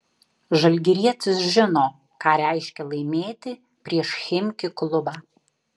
žalgirietis žino ką reiškia laimėti prieš chimki klubą